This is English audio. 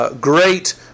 great